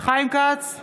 חיים כץ,